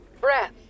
breath